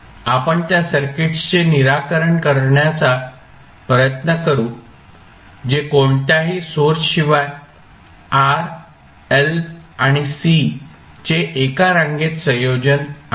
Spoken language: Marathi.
आपण त्या सर्किट्सचे निराकरण करण्याचा प्रयत्न करू जे कोणत्याही सोर्स शिवाय R L आणि C चे एका रांगेत संयोजन आहेत